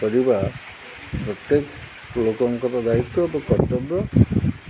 କରିବା ପ୍ରତ୍ୟେକ ଲୋକଙ୍କର ଦାୟିତ୍ୱ ଓ କର୍ତ୍ତବ୍ୟ